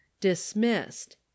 Dismissed